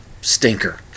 stinker